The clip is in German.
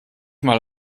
mal